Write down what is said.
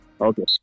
Okay